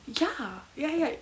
ya ya ya